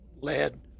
lead